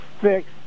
fix